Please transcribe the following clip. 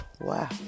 Wow